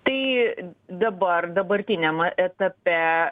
tai dabar dabartiniam etape